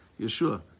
Yeshua